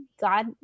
God